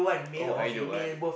oh either one